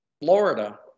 Florida